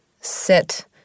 sit